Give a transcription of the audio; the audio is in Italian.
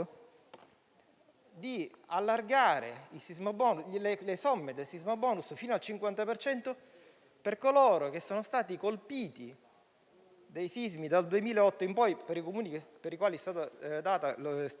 di aumentare le somme per il sisma *bonus* fino al 50 per cento per coloro che sono stati colpiti da sisma dal 2008 in poi e per i Comuni per i quali è stato